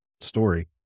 story